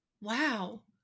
Wow